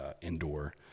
indoor